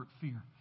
fear